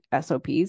SOPs